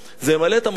זה למלא את המחסור,